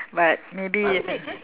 but maybe if in